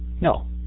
No